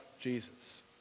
Jesus